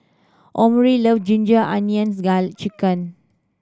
Omari love ginger onions chicken